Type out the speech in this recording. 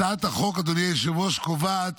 הצעת החוק, אדוני היושב-ראש, קובעת